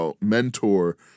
mentor